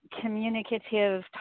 communicative